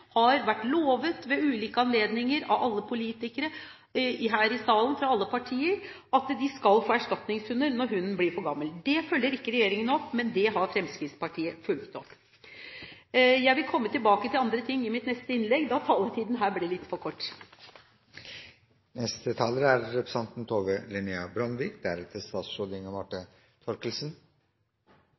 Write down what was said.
har vært lovet ved ulike anledninger av politikere fra alle partier her i salen, at de skal få erstatningshunder når hunden blir for gammel. Det følger ikke regjeringen opp, men det har Fremskrittspartiet fulgt opp. Jeg vil komme tilbake til andre ting i mitt neste innlegg, da taletiden her ble litt for kort! «Arbeidslinja» er